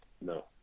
No